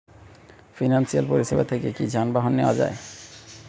Financial পরিসেবা থেকে কি যানবাহন নেওয়া যায়?